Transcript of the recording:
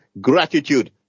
gratitude